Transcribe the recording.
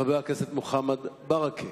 חבר הכנסת מוחמד ברכה,